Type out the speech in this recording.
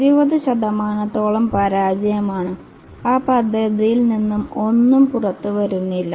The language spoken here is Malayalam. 20 ശതമാനത്തോളം പരാജയമാണ് ആ പദ്ധതിയിൽ നിന്ന് ഒന്നും പുറത്തുവരുന്നില്ല